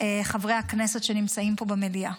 חברי הכנסת שנמצאים פה במליאה.